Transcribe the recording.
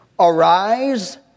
Arise